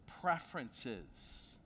preferences